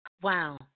Wow